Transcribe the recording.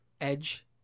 Edge